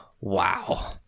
wow